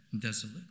desolate